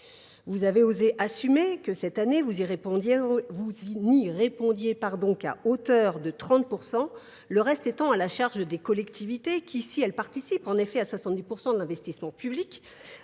Vous avez osé assumer que cette année vous y répondiez à hauteur de 30%, le reste étant à la charge des collectivités qui, si elles participent en effet à 70% de l'investissement public,